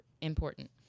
important